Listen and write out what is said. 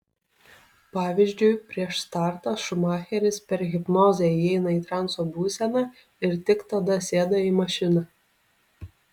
pavyzdžiui prieš startą šumacheris per hipnozę įeina į transo būseną ir tik tada sėda į mašiną